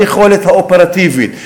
ביכולת האופרטיבית,